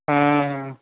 हाँ